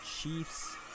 Chiefs